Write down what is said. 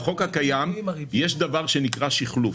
בחוק הקיים יש דבר שנקרא שחלוף,